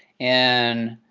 and